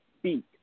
speak